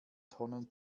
tonnen